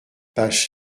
page